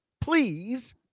Please